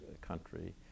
country